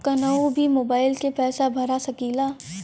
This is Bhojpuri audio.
कन्हू भी मोबाइल के पैसा भरा सकीला?